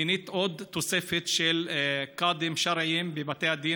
מינית עוד של קאדים שרעיים בבתי הדין